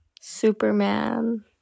superman